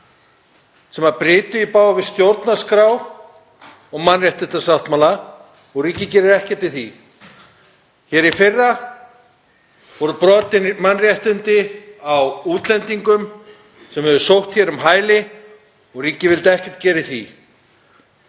sem brytu í bága við stjórnarskrá og mannréttindasáttmála og ríkið gerði ekkert í því. Í fyrra voru brotin mannréttindi á útlendingum sem höfðu sótt hér um hæli og ríkið vildi ekkert gera í því.